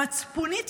מצפונית,